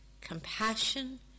compassion